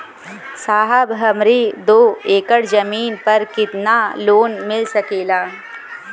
साहब हमरे दो एकड़ जमीन पर कितनालोन मिल सकेला?